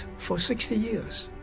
for sixty years.